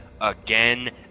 again